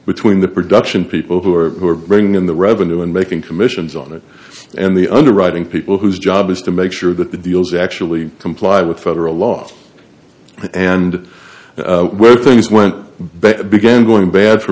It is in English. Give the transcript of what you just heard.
between the production people who are who are bringing in the revenue and making commissions on it and the underwriting people whose job is to make sure that the deals actually comply with federal laws and where things went bad began going bad for